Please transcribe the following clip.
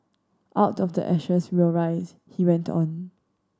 out of the ashes will rise he went on